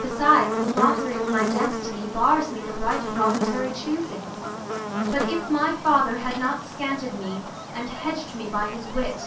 besides, the lottery of my destiny bars me the right of voluntary choosing but, if my father had not scanted me and hedg'd me by his wit,